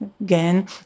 again